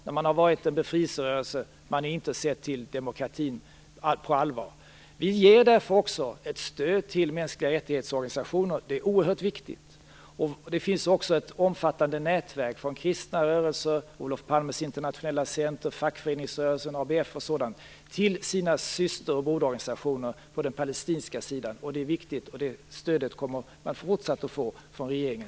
När man har varit en befrielserörelse har man inte sett till demokratin på allvar. Därför ger vi också ett stöd till organisationer för mänskliga rättigheter. Det är oerhört viktigt. Det finns också ett omfattande nätverk från kristna rörelser, Olof Palmes internationella center, fackföreningsrörelsen, ABF m.fl. till deras syster och broderorganisationer på den palestinska sidan. Det är viktigt, och det stödet kommer man få även i fortsättningen från regeringen.